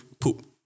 poop